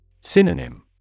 Synonym